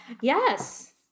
yes